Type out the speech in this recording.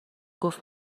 گفت